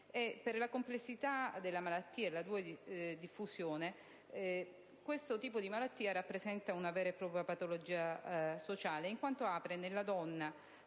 Per la complessità della malattia e la sua diffusione, il tumore al seno rappresenta una vera a propria patologia sociale in quanto apre nella donna